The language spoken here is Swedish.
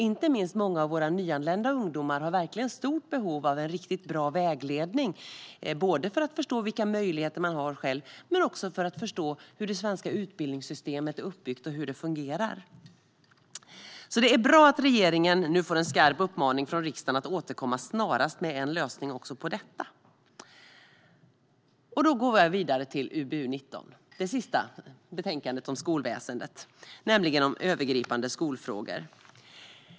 Inte minst många av våra nyanlända ungdomar har ett stort behov av riktigt bra vägledning, både för att förstå vilka möjligheter de har själva och för att förstå hur det svenska utbildningssystemet är uppbyggt och fungerar. Det är därför bra att regeringen nu får en skarp uppmaning från riksdagen att återkomma snarast med en lösning på detta. Nu går jag vidare till UbU19, det sista betänkandet om skolväsendet. Det handlar om övergripande skolfrågor.